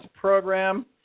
program